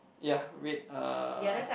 ya red uh